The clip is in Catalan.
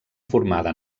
formada